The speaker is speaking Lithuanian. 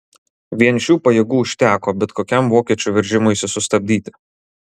vien šių pajėgų užteko bet kokiam vokiečių veržimuisi sustabdyti